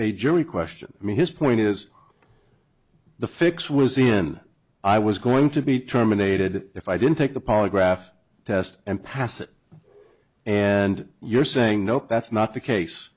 a jury question i mean his point is the fix was in i was going to be terminated if i didn't take the polygraph test and pass it and you're saying nope that's not the case